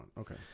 Okay